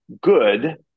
good